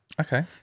okay